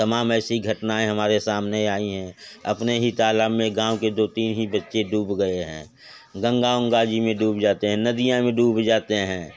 तमाम ऐसी घटनाएं हमारे सामने आई हैं अपने ही तालाब में गाँव के दो तीन ही बच्चे डूब गए हैं गंगा वंगा जी में डूब जाते हैं नदियों में डूब जाते हैं